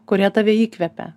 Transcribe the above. kurie tave įkvepia